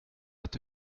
att